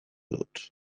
dut